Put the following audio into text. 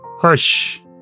Hush